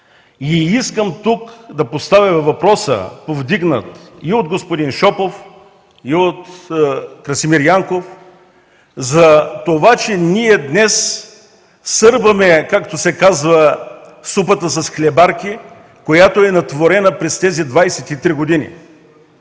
Искам тук да поставя въпроса, повдигнат и от господин Шопов, и от Красимир Янков за това, че днес сърбаме супата с хлебарки, както се казва, натворена през тези 23 години.